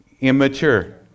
Immature